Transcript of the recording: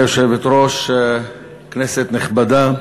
גברתי היושבת-ראש, כנסת נכבדה,